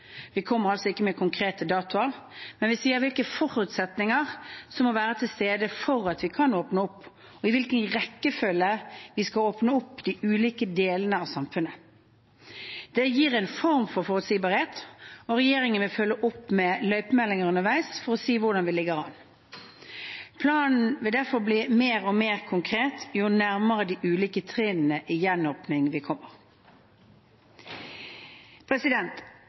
Vi kommer ikke med konkrete datoer, men vi sier hvilke forutsetninger som må være til stede for at vi kan åpne opp, og i hvilken rekkefølge vi skal åpne opp de ulike delene av samfunnet. Det gir en form for forutsigbarhet, og regjeringen vil følge opp med løypemeldinger underveis for å si hvordan vi ligger an. Planen vil derfor bli mer og mer konkret jo nærmere de ulike trinnene i gjenåpning vi kommer.